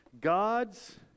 God's